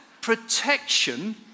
protection